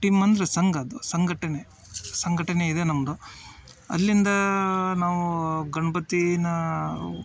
Tim ಅಂದರೆ ಸಂಘ ಅದು ಸಂಘಟನೆ ಸಂಘಟನೆ ಇದೆ ನಮ್ಮದು ಅಲ್ಲಿಂದ ನಾವು ಗಣ್ಪತಿನ